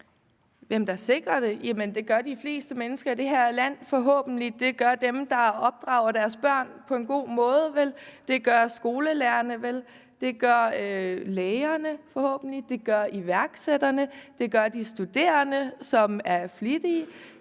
Hvem der sikrer det? Jamen det gør de fleste mennesker i det her land forhåbentlig. Det gør dem, der opdrager deres børn på en god måde vel; det gør skolelærerne vel; det gør lægerne forhåbentlig; det gør iværksætterne; det gør de studerende, som er flittige.